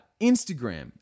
Instagram